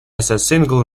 single